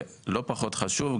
ולא פחות חשוב,